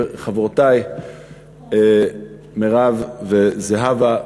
וחברותי מרב וזהבה,